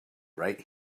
right